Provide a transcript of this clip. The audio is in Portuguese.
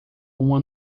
uma